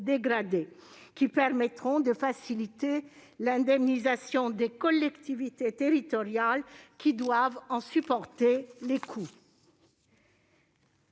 dégradées. Cela permettra de faciliter l'indemnisation des collectivités territoriales qui doivent en supporter les coûts.